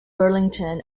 burlington